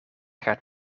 gaat